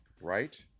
right